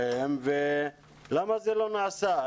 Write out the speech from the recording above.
למה זה לא נעשה.